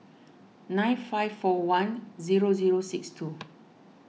nine five four one zero zero six two